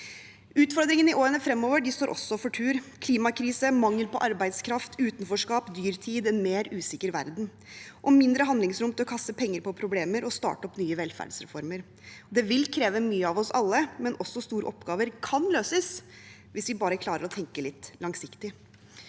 Utfordringene i årene fremover står også for tur: klimakrise, mangel på arbeidskraft, utenforskap, dyrtid, en mer usikker verden og mindre handlingsrom til å kaste penger på problemer og starte opp nye velferdsreformer. Det vil kreve mye av oss alle, men også store oppgaver kan løses hvis vi bare klarer å tenke litt langsiktig.